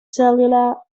cellular